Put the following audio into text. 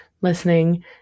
listening